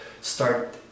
start